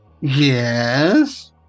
Yes